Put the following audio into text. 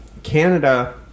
canada